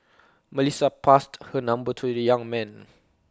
Melissa passed her number to the young man